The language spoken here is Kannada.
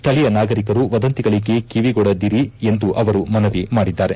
ಸ್ಥಳೀಯ ನಾಗರಿಕರು ವದಂತಿಗಳಿಗೆ ಕಿವಿಗೊಡದಿರಿ ಎಂದು ಅವರು ಮನವಿ ಮಾಡಿದ್ದಾರೆ